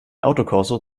autokorso